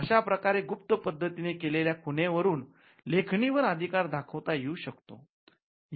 अशा प्रकारे गुप्त पद्धतीने केलेल्या खुणेवरून लेखणी वर अधिकार दाखवता येऊ शकतो